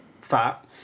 fat